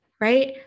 right